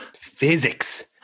Physics